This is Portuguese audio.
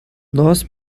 nós